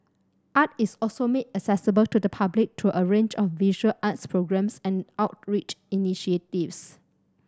art is also made accessible to the public through a range of visual arts programmes and outreach initiatives